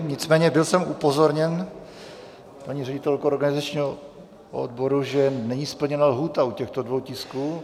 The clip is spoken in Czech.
Nicméně byl jsem upozorněn paní ředitelkou organizačního odboru, že není splněna lhůta u těchto dvou tisků.